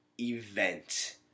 event